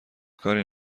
کاری